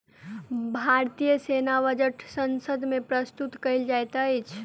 भारतीय सेना बजट संसद मे प्रस्तुत कयल जाइत अछि